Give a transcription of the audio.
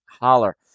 Holler